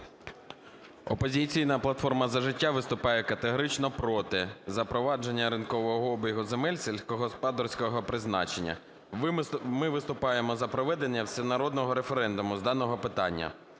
"Опозиційна платформа - За життя" виступає категорично проти запровадження ринкового обігу земель сільськогосподарського призначення. Ми виступаємо за проведення всенародного референдуму з даного питання.